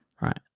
right